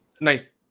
nice